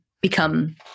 become